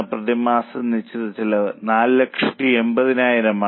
പ്രതിമാസ നിശ്ചിത ചെലവ് 480000 ആണ്